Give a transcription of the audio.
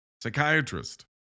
psychiatrist